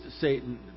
Satan